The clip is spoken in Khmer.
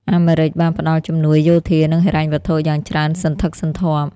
អាមេរិកបានផ្តល់ជំនួយយោធា និងហិរញ្ញវត្ថុយ៉ាងច្រើនសន្ធឹកសន្ធាប់។